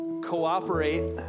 cooperate